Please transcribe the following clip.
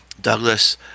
Douglas